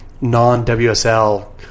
non-WSL